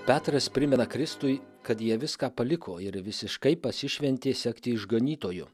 petras primena kristui kad jie viską paliko ir visiškai pasišventė sekti išganytoju